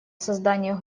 создания